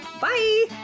Bye